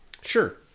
sure